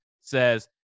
says